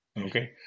Okay